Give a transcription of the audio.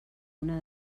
una